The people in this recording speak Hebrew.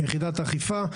יחידת אכיפה.